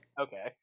okay